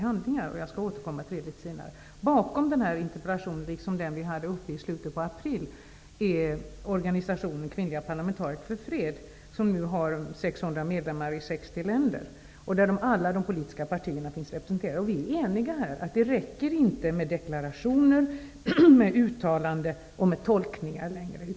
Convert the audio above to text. Bakom denna interpellation, liksom den interpellation vi hade uppe i slutet av april, står organisationen Kvinnliga parlamentariker för fred. Organisationen har nu 600 medlemmar i 60 länder. Alla de politiska partierna finns representerade. Vi är eniga om att det inte längre räcker med deklarationer, uttalanden och tolkningar.